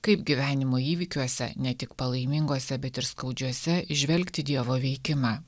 kaip gyvenimo įvykiuose ne tik palaiminguose bet ir skaudžiuose įžvelgti dievo veikimą